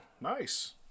nice